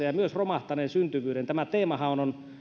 ja myös romahtaneen syntyvyyden tämä teemahan on